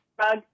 drug